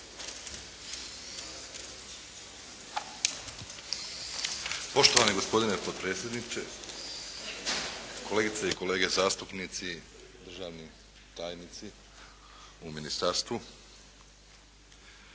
Poštovani gospodine potpredsjedniče, kolegice i kolege zastupnici, državni tajnici u ministarstvu.